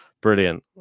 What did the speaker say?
Brilliant